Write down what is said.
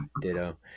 Ditto